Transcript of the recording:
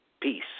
peace